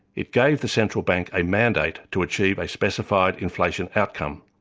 it gave the central bank a mandate to achieve a specified inflation outcome.